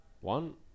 one